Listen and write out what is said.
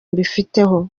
mbifiteho